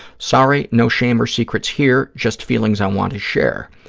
sorry, no shame or secrets here, just feelings i want to share.